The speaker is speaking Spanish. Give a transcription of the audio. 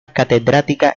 catedrática